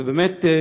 ובאמת,